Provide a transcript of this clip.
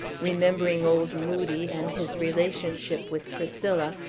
remembering old moodie, and his relationship with priscilla,